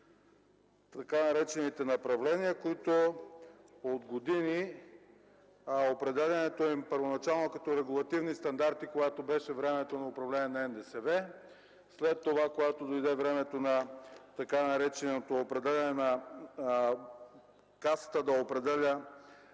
Така наречените направления, които от години – определянето им първоначално бе като регулативни стандарти, когато беше времето на управление на НДСВ, след това – когато дойде времето Касата да определя броя на назначаваните